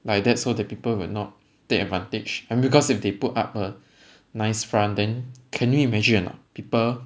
like that so that people will not take advantage and because if they put up a nice front then can you imagine or not people